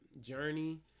journey